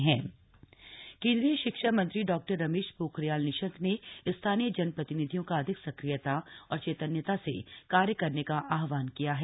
उत्तराखंड पंचायतीराज केंद्रीय शिक्षा मंत्री डॉ रमेश पोखरियाल निशंक ने स्थानीय जनप्रतिनिधियों का अधिक सक्रियता और चेतन्यता से कार्य करने का आहवान किया है